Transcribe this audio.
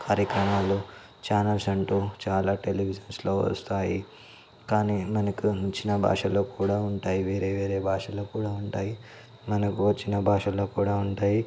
కార్యక్రమాలు ఛానల్స్ అంటూ చాలా టెలివిజన్స్లో వస్తాయి కానీ మనకు నచ్చిన భాషలో కూడా ఉంటాయి వేరే వేరే భాషలో కూడా ఉంటాయి మనకు వచ్చిన భాషలో కూడా ఉంటాయి